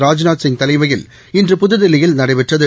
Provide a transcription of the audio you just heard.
ராஜ்நாத் சிங் தலைமையில் இன்று புதுதில்லியில் நடைபெற்றது